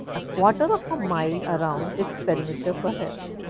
a quarter of a mile around its perimeter perhaps,